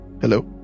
hello